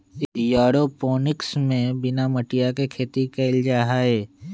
aeroponics में बिना मटिया के खेती कइल जाहई